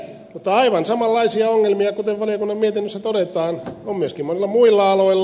mutta aivan samanlaisia ongelmia kuten valiokunnan mietinnössä todetaan on myöskin monilla muilla aloilla